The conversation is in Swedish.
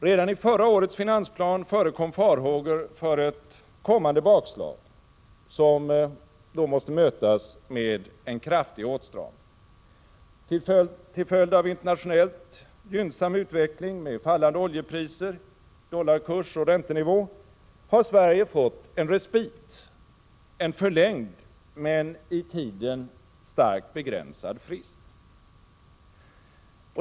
Redan i förra årets finansplan förekom farhågor för ett kommande bakslag, som då måste mötas med en kraftig åtstramning. Till följd av en internationellt gynnsam utveckling med fallande oljepriser, dollarkurs och räntenivå har Sverige fått en respit — en förlängd men i tiden starkt begränsad frist.